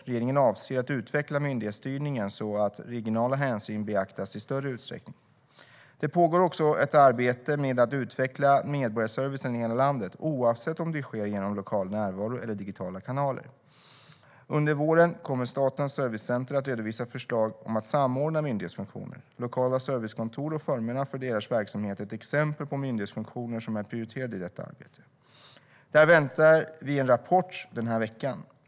Regeringen avser att utveckla myndighetsstyrningen så att regionala hänsyn beaktas i större utsträckning. Det pågår också ett arbete med att utveckla medborgarservicen i hela landet, oavsett om det sker genom lokal närvaro eller digitala kanaler. Under våren kommer Statens servicecenter att redovisa förslag om att samordna myndighetsfunktioner. Lokala servicekontor och formerna för deras verksamhet är exempel på myndighetsfunktioner som är prioriterade i detta arbete. Där väntar vi en rapport den här veckan.